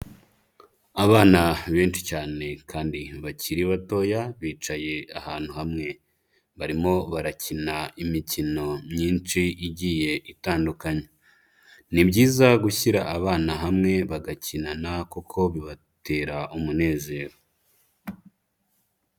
Abana benshi cyane kandi bakiri batoya bicaye ahantu hamwe, barimo barakina imikino myinshi igiye itandukanye. Ni byiza gushyira abana hamwe bagakinana kuko bibatera umunezero.